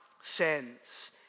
sends